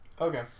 Okay